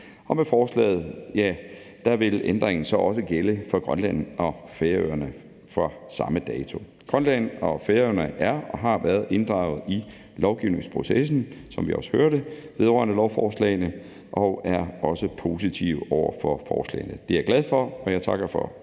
og med forslaget vil ændringerne så også gælde for Grønland og Færøerne fra samme dato. Grønland og Færøerne er og har været inddraget i lovgivningsprocessen, som vi også hørte, vedrørende lovforslagene, og de er også positive over for forslagene. Det er jeg glad for, og jeg takker for